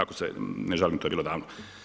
Iako se ne žalim, to je bilo davno.